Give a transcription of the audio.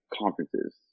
conferences